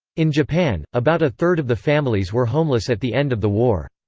in japan, about a third of the families were homeless at the end of the war.